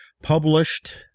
published